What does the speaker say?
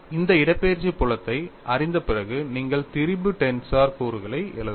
இந்த இடப்பெயர்ச்சி புலத்தை அறிந்த பிறகு நீங்கள் திரிபு டென்சரின் கூறுகளை எழுதலாம்